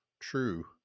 true